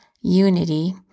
Unity